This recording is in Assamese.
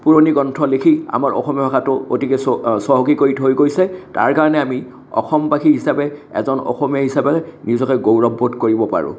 পুৰণি গ্ৰন্থ লিখি আমাৰ অসমীয়া ভাষাটো অতিকে চ চহকী কৰি থৈ গৈছে তাৰকাৰণে আমি অসমবাসী হিচাপে এজন অসমীয়া হিচাপে নিজকে গৌৰৱবোধ কৰিব পাৰোঁ